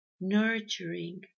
nurturing